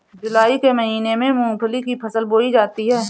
जूलाई के महीने में मूंगफली की फसल बोई जाती है